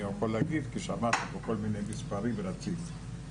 יכול להגיד כל מיני מספרים ולהציג אותם.